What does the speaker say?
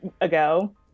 ago